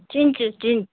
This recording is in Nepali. चिन्छु चिन्